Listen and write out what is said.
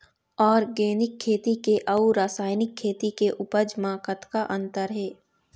Organic खेती के अउ रासायनिक खेती के उपज म कतक अंतर हे?